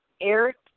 Eric